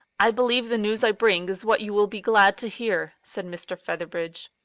i believe the news i bring is what you will be glad to hear, said mr. featherbridge.